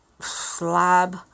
slab